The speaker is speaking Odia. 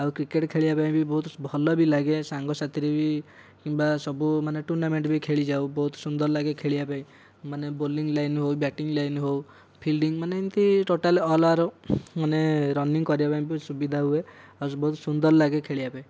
ଆଉ କ୍ରିକେଟ ଖେଳିବାପାଇଁ ବି ବହୁତ ଭଲ ବି ଲାଗେ ସାଙ୍ଗସାଥୀରେ ବି କିମ୍ବା ସବୁ ମାନେ ଟୁର୍ଣ୍ଣାମେଣ୍ଟ ବି ଖେଳିଯାଉ ବହୁତ ସୁନ୍ଦର ଲାଗେ ଖେଳିବା ପାଇଁ ମାନେ ବୋଲିଙ୍ଗ୍ ଲାଇନ୍ ହେଉ ବ୍ୟାଟିଙ୍ଗ୍ ଲାଇନ୍ ହେଉ ଫିଲଡିଙ୍ଗ୍ ମାନେ ଏମିତି ମାନେ ଟୋଟାଲ ଅଲ୍ ଆର୍ ମାନେ ରନିଙ୍ଗ କରିବାପାଇଁ ବି ସୁବିଧା ହୁଏ ଆଉ ବହୁତ ସୁନ୍ଦର ଲାଗେ ଖେଳିବା ପାଇଁ